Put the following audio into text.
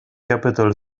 capital